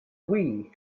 wii